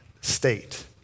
state